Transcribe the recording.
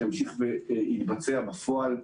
ימשיך ויתבצע בפועל.